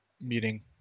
meeting